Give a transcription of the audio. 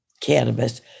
cannabis